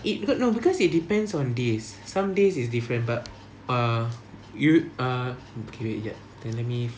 eh you know because it depends on days some days is different but err you err okay wait ya they let me